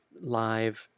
live